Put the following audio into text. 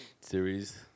series